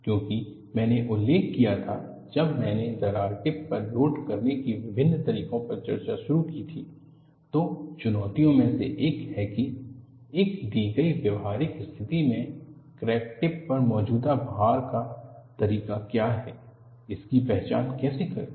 क्योंकि मैंने उल्लेख किया था जब मैंने दरार टिप पर लोड करने के विभिन्न तरीकों पर चर्चा शुरू की थी तो चुनौतियों में से एक है की एक दी गई व्यावहारिक स्थिति में क्रैक टिप पर मौजूदा भार का तरीका क्या है इसकी पहचान कैसे करें